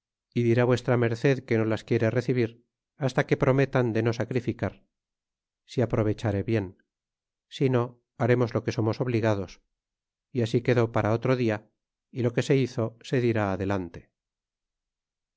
y dirá v in que no las quiere recebir hasta que prometan de no sacrificar si aprovechare bien sino hardmos lo que somos obligados y así quedó para otro dia y lo que se hizo se dirá adelante